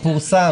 פורסם.